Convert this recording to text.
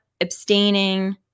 abstaining